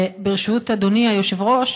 ברשות אדוני היושב-ראש,